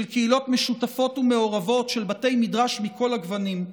של קהילות משותפות ומעורבות של בתי מדרש מכל הגוונים,